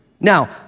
Now